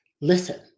listen